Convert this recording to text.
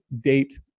date